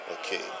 okay